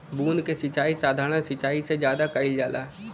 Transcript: बूंद क सिचाई साधारण सिचाई से ज्यादा कईल जाला